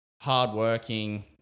hardworking